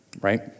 right